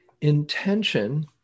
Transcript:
intention